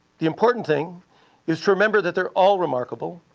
the important thing is to remember that they're all remarkable,